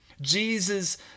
Jesus